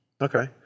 Okay